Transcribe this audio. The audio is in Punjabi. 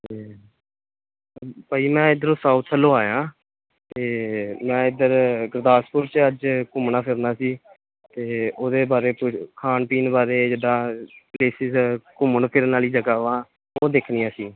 ਅਤੇ ਭਾਅ ਜੀ ਮੈਂ ਇੱਧਰੋਂ ਸਾਊਥ ਵੱਲੋਂ ਆਇਆ ਅਤੇ ਮੈਂ ਇੱਧਰ ਗੁਰਦਾਸਪੁਰ 'ਚ ਅੱਜ ਘੁੰਮਣਾ ਫਿਰਨਾ ਸੀ ਅਤੇ ਉਹਦੇ ਬਾਰੇ ਕੁਛ ਖਾਣ ਪੀਣ ਬਾਰੇ ਜਿੱਦਾਂ ਪਲੇਸਿਸ ਘੁੰਮਣ ਫਿਰਨ ਵਾਲੀ ਜਗ੍ਹਾਵਾਂ ਉਹ ਦੇਖਣੀਆ ਸੀ